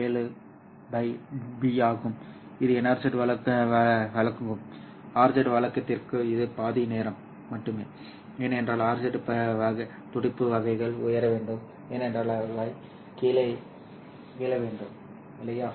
7 B ஆகும் இது NRZ வழக்குக்கும் RZ வழக்கிற்கும் இது பாதி நேரம் மட்டுமே ஏனென்றால் RZ பருப்பு வகைகள் உயர வேண்டும் ஏனென்றால் அவை கீழே விழ வேண்டும் இல்லையா